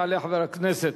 יעלה חבר הכנסת